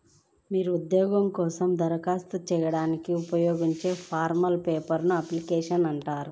మీరు ఉద్యోగాల కోసం దరఖాస్తు చేయడానికి ఉపయోగించే ఫారమ్లను పేపర్ అప్లికేషన్లు అంటారు